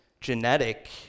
genetic